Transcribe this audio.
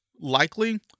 likely